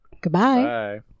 Goodbye